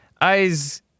Eyes